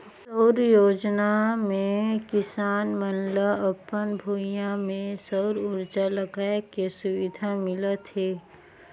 कुसुम योजना मे किसान मन ल अपन भूइयां में सउर उरजा लगाए के सुबिधा मिलत हे